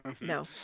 No